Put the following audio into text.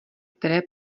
které